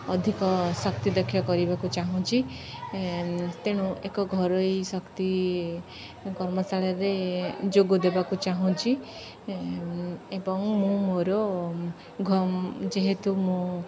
ଅଧିକ ଶକ୍ତିଦକ୍ଷ କରିବାକୁ ଚାହୁଁଛି ତେଣୁ ଏକ ଘରୋଇ ଶକ୍ତି କର୍ମଶାଳାରେ ଯୋଗ ଦେବାକୁ ଚାହୁଁଛି ଏବଂ ମୁଁ ମୋର ଯେହେତୁ ମୁଁ